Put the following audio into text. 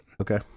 Okay